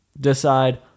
decide